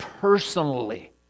Personally